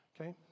Okay